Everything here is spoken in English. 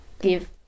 give